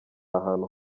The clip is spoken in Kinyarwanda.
ahantu